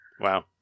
Wow